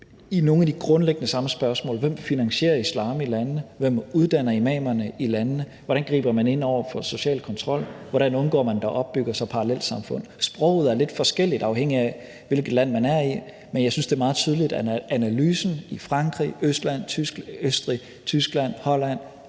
nogle af de grundlæggende samme spørgsmål: Hvem finansierer islam i landene? Hvem uddanner imamer i landene? Hvordan griber man ind over for social kontrol? Hvordan undgår man, at der opbygger sig parallelsamfund? Sproget er lidt forskelligt, afhængig af hvilket land man er i, men jeg synes, det er meget tydeligt, at analysen i Frankrig, Østrig, Tyskland, Holland